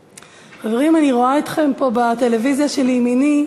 חברים, אני רואה אתכם פה, בטלוויזיה שלימיני.